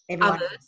others